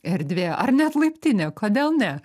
erdvė ar net laiptinė kodėl ne